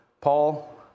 Paul